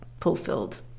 fulfilled